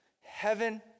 heaven